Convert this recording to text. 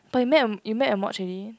but you map your map your mods already